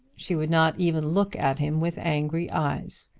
she would not even look at him with angry eyes.